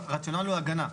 הרציונל הוא הגנה.